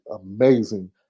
amazing